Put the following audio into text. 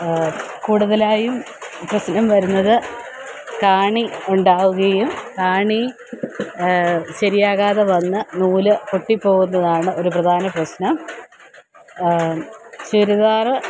കൂടുതലായും പ്രശ്നം വരുന്നത് കാണി ഉണ്ടാവുകയും കാണി ശരിയാകാതെ വന്ന് നൂൽ പൊട്ടിപ്പോവുന്നതാണ് ഒരു പ്രധാന പ്രശ്നം ചുരിദാർ